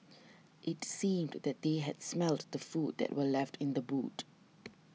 it seemed that they had smelt the food that were left in the boot